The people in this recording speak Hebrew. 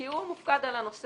כי הוא מופקד על הנושא.